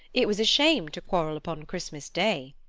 it was a shame to quarrel upon christmas day.